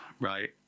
right